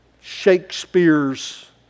Shakespeare's